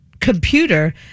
computer